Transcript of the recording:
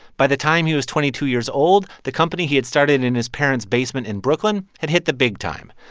by the time he was twenty two years old, the company he had started in his parents' basement in brooklyn had hit the big time.